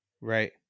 Right